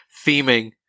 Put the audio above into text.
theming